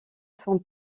son